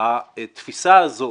התפיסה הזאת